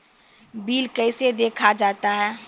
Bill कैसे देखा जाता हैं?